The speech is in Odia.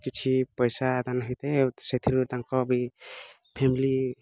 କିଛି ପଇସା ଦାନ ହୋଇଥାଏ ଏବଂ ସେଥିରୁ ତାଙ୍କ ବି ଫ୍ୟାମିଲି